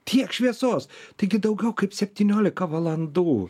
tiek šviesos taigi daugiau kaip septyniolika valandų